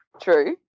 true